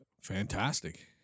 fantastic